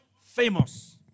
Famous